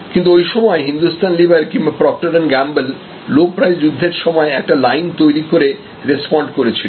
কিন্তু ওই সময়ে হিন্দুস্তান লিভার কিংবা procter and gamble Proctor Gamble low price যুদ্ধের একটা লাইন তৈরি করে রেস্পন্ড করেছিল